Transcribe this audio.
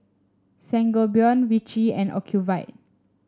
Sangobion Vichy and Ocuvite